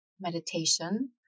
meditation